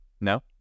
No